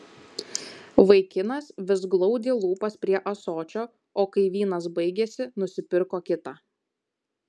vaikinas vis glaudė lūpas prie ąsočio o kai vynas baigėsi nusipirko kitą